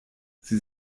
sie